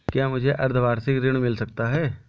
क्या मुझे अर्धवार्षिक ऋण मिल सकता है?